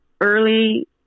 early